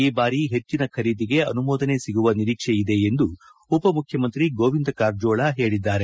ಈ ಬಾರಿ ಹೆಚ್ಚಿನ ಖರೀದಿಗೆ ಅನುಮೋದನೆ ಸಿಗುವ ನಿರೀಕ್ಷೆ ಇದೆ ಎಂದು ಉಪಮುಖ್ಯಮಂತ್ರಿ ಗೋವಿಂದ ಕಾರಜೋಳ ತಿಳಿಸಿದ್ದಾರೆ